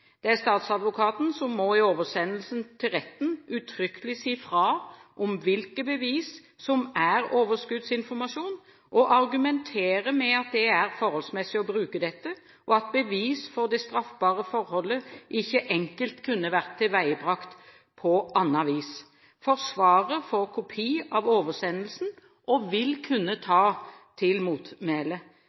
Det er statsadvokaten som i oversendelsen til retten uttrykkelig må si fra om hvilke bevis som er overskuddsinformasjon, og argumentere med at det er forholdsmessig å bruke dette, og at bevis for det straffbare forholdet ikke enkelt kunne vært tilveiebrakt på annet vis. Forsvarer får kopi av oversendelsen og vil kunne ta til motmæle.